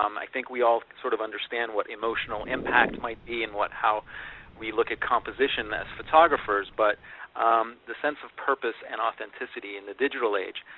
um i think, we all sort of understand what emotional impact might be, and how we look at composition as photographers, but the sense of purpose and authenticity in the digital age,